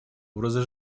образа